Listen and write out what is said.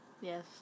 yes